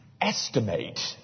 estimate